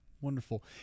wonderful